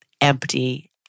empty